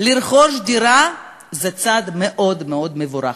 לרכוש דירה במדינה הזאת, זה צעד מאוד מאוד מבורך.